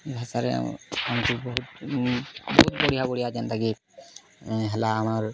ଏ ଭାଷାରେ ଆମ ଆମ୍କେ ବହୁତ୍ ବହୁତ୍ ବଢ଼ିଆ ବଢ଼ିଆ ଯେନ୍ତା କି ହେଲା ଆମର୍